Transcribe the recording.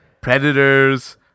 Predators